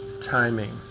timing